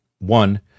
One